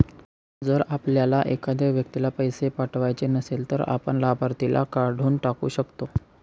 जर आपल्याला एखाद्या व्यक्तीला पैसे पाठवायचे नसेल, तर आपण लाभार्थीला काढून टाकू शकतो